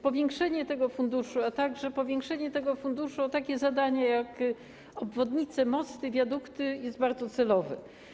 Powiększenie tego funduszu, a także powiększenie tego funduszu o takie zadanie jak obwodnice, mosty, wiadukty jest bardzo celowe.